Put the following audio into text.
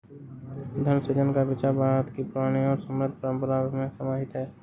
धन सृजन का विचार भारत की पुरानी और समृद्ध परम्परा में समाहित है